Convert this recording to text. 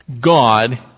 God